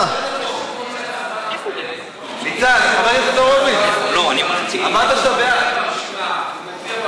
עריקים ומופיע ברשימה, לא נותנים לו.